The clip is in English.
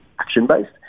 action-based